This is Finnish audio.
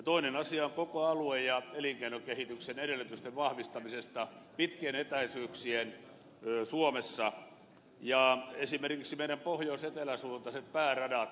toinen asia on koko alue ja elinkeinokehityksen edellytysten vahvistaminen pitkien etäisyyksien suomessa esimerkiksi pohjoisetelä suuntaiset pääradat